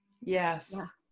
yes